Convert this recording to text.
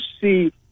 see –